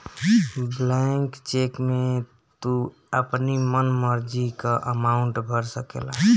blank cheque में तू अपनी मन मर्जी कअ अमाउंट भर सकेला